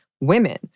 women